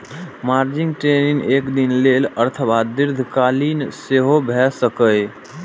margin trading एक दिन लेल अथवा दीर्घकालीन सेहो भए सकैए